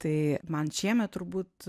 tai man šiemet turbūt